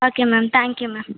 okay ma'am thank you ma'am